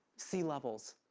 sea levels,